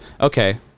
okay